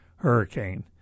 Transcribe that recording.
hurricane